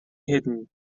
hidden